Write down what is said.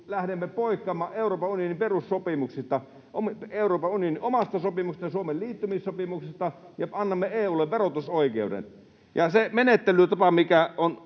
lähdemme poikkeamaan Euroopan unionin perussopimuksista, Euroopan unionin omasta sopimuksesta ja Suomen liittymissopimuksesta ja annamme EU:lle verotusoikeuden. Ja se menettelytapa on